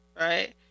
right